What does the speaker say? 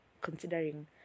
considering